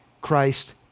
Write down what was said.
Christ